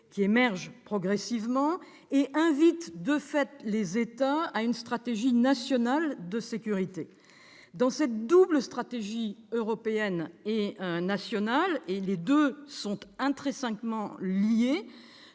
qui émerge progressivement et invite de fait les États à une stratégie nationale de sécurité. Dans cette double stratégie européenne et nationale- les deux niveaux sont intrinsèquement liés